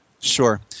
Sure